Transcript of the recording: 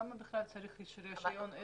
למה בכלל צריך רישיון עסק?